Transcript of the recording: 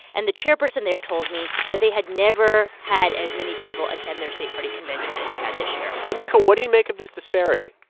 and the chairperson there told me that they had never had as many people attend their state party convention as they had this year domenico, what do you make of this disparity?